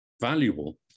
valuable